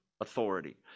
authority